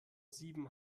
sieben